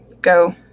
go